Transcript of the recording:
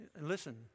Listen